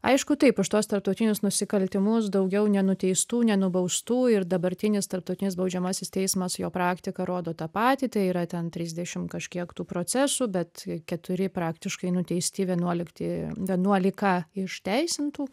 aišku taip už tuos tarptautinius nusikaltimus daugiau nenuteistų nenubaustų ir dabartinis tarptautinis baudžiamasis teismas jo praktika rodo tą patį tai yra ten trisdešim kažkiek tų procesų bet keturi praktiškai nuteisti vienuolikti vienuolika išteisintų